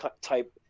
type